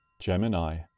Gemini